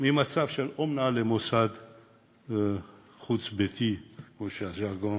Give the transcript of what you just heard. ממצב של אומנה למוסד חוץ-ביתי, כמו שהז'רגון